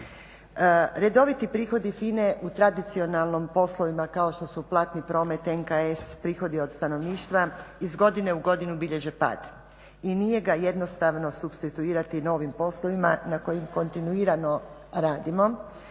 Redoviti prihodi FINA-e u tradicionalnim poslovima kao što su platni promet, NKS, prihodi od stanovništva iz godine u godinu bilježe pad i nije ga jednostavno supstituirati novim poslovima na kojima kontinuirano radimo.